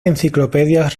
enciclopedias